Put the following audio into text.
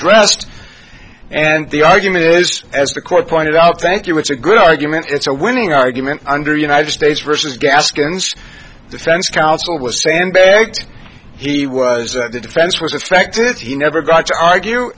addressed and the argument is as the court pointed out thank you it's a good argument it's a winning argument under united states versus gaskins defense counsel was sandbagged he was that the defense was distracted he never got to argue